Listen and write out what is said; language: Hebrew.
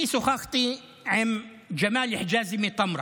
אני שוחחתי עם ג'מאל חיג'אזי מטמרה.